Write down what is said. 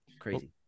crazy